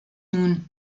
nun